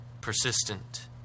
Persistent